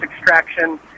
extraction